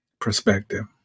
perspective